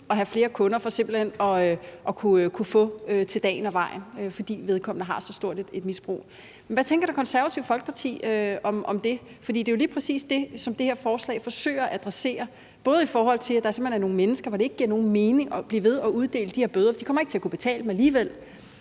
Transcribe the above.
at have flere kunder for simpelt hen at kunne få til dagen og vejen, fordi vedkommende har så stort et misbrug. Hvad tænker Det Konservative Folkeparti om det? For det er jo lige præcis det, som det her forslag forsøger at adressere, både i forhold til at der simpelt hen er nogle mennesker, hvor det ikke giver nogen mening at blive ved at uddele de her bøder, fordi de alligevel ikke kommer til at kunne betale dem, men